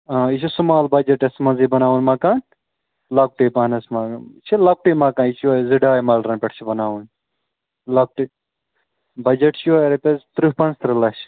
آ یہِ چھُ سُمال بَجٹَس منٛزٕے بَناوُن مکان لۄکٹُے پَہَنس مگر یہِ چھِ لۄکٹُے مَکان یہِ چھُ یِہوٚے زٕ ڈاے مَلرَن پٮ۪ٹھ چھِ بَناوُن لۄکٹُے بَجَٹ چھُ یِہوٚے رۄپیَس تٕرٛہ پَنٛژھ تٕرٛہ لَچھ